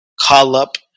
call-up